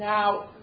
Now